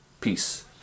Peace